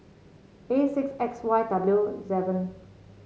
A six X Y W seven